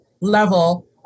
level